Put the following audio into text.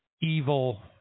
evil